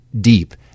deep